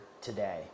today